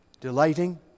Delighting